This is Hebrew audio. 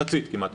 מחצית כמעט.